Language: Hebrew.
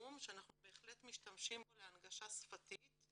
התרגום שאנחנו בהחלט משתמשים בו להנגשה שפתית.